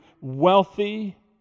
wealthy